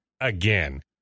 again